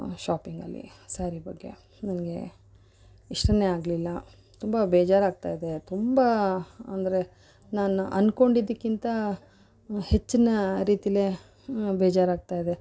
ಶಾಪಿಂಗಲ್ಲಿ ಸ್ಯಾರಿ ಬಗ್ಗೆ ನನಗೆ ಇಷ್ಟನೇ ಆಗಲಿಲ್ಲ ತುಂಬ ಬೇಜಾರಾಗ್ತಾ ಇದೆ ತುಂಬ ಅಂದರೆ ನಾನು ಅಂದ್ಕೊಂಡಿದ್ದಕ್ಕಿಂತ ಇನ್ನು ಹೆಚ್ಚಿನ ರೀತಿಲಿ ಬೇಜಾರು ಆಗ್ತಾಯಿದೆ